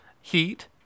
Heat